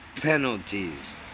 penalties